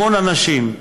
המון אנשים,